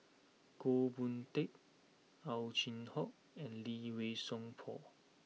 Goh Boon Teck Ow Chin Hock and Lee Wei Song Paul